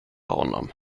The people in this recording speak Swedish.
honom